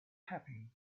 happy